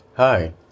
Hi